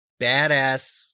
badass